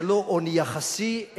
זה לא עוני יחסי,